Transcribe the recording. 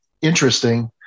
interesting